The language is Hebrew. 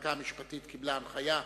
המחלקה המשפטית קיבלה הנחיה,